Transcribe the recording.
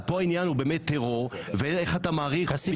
פה העניין הוא טרור ואיך אתה --- כסיף